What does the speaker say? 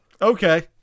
Okay